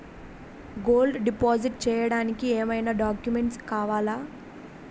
Gold deposit చేయడానికి ఏమైనా documents కావాలా?